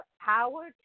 power